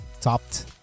topped